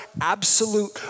absolute